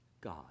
God